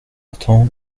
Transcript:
autant